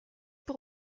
pour